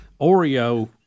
Oreo